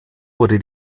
wurde